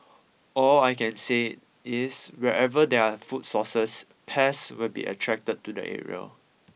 all I can say is wherever there are food sources pests will be attracted to the area